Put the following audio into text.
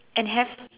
and have